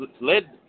led